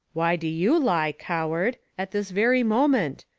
why do you lie, coward! at this very moment?